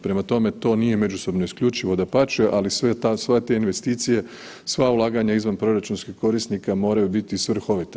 Prema tome, to nije međusobno isključivo, dapače, ali sve te investicije, sva ulaganja izvanproračunskih korisnika moraju biti svrhovita.